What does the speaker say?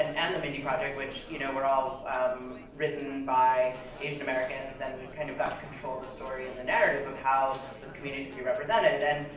and and the mindy project, which, you know, were all written by asian americans, and kind of got to control the story and the narrative of how those communities could be represented. and,